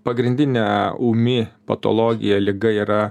pagrindinė ūmi patologija liga yra